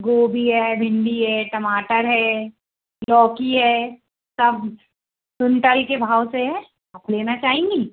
गोभी है भिंडी है टमाटर है लौकी है सब कुंटल के भाव से है आप लेना चाहेंगी